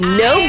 no